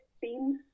themes